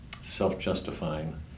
self-justifying